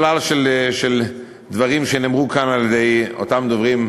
שלל של דברים שנאמרו כאן על-ידי אותם דוברים,